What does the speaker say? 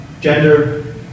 gender